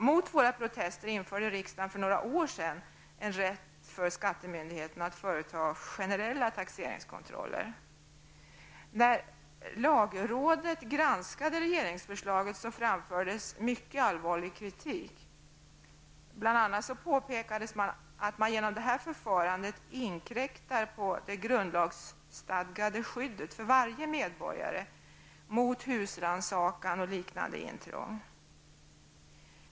Mot våra protester införde riksdagen för några år sedan rätt för skattemyndigheterna att företa generella taxeringskontroller. När lagrådet granskade regeringsförslaget framfördes mycket allvarlig kritik. Bl.a. påpekades att man genom detta förfarande inkräktar på det grundlagsstadgade skyddet för varje medborgare mot husrannsakan och liknande intrång.